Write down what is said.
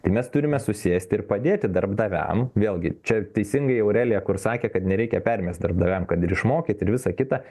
tai mes turime susėsti ir padėti darbdaviam vėlgi čia teisingai aurelija kur sakė kad nereikia permest darbdaviam kad ir išmokyt ir visa kita